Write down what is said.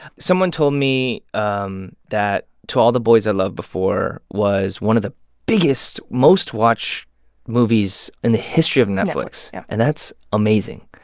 someone told me um that to all the boys i loved before was one of the biggest, most watched movies in the history of netflix. yeah and that's amazing.